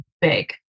big